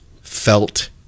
felt